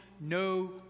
no